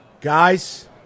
Guys